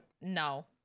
No